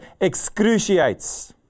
excruciates